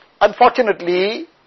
Unfortunately